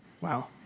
Wow